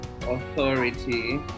authority